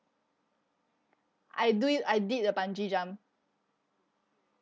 I do it I did the bungee jump